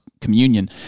communion